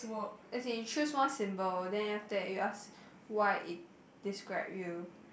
as in you choose one symbol then after that you ask why it describe you